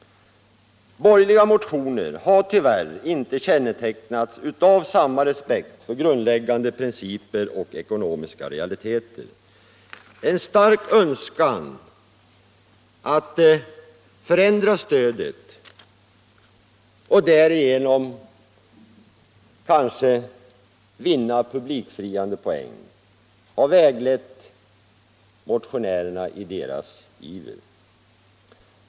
Borgerliga motioner har tyvärr inte kännetecknats av respekt för grundläggande principer och ekonomiska realiteter. En stark önskan att förändra stödet och därigenom kanske vinna publikfriande poäng har väglett motionärerna i deras iver.